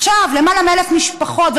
עכשיו למעלה מ-1,000 משפחות,